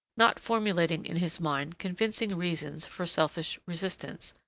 not formulating in his mind convincing reasons for selfish resistance,